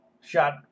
shot